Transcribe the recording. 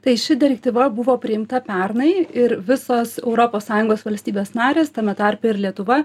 tai ši direktyva buvo priimta pernai ir visos europos sąjungos valstybės narės tame tarpe ir lietuva